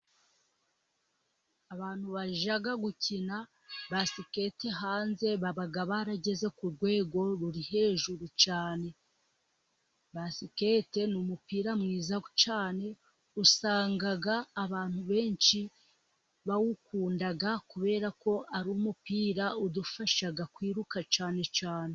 Abantu bajya gukina basikete hanze baba barageze ku rwego ruri hejuru cyane, basikete ni umupira mwiza cyane usanga abantu benshi bawukunda, kuberako ari umupira udufasha kwiruka cyane cyane.